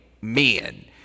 men